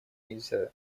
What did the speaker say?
нельзя